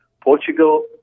Portugal